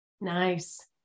Nice